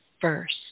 first